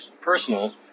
personal